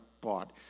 bought